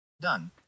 Done